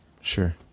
Sure